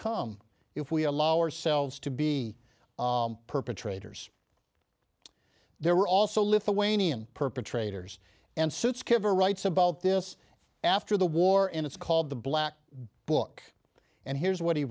e if we allow ourselves to be perpetrators there were also lithuanian perpetrators and suits cover writes about this after the war and it's called the black book and here's what he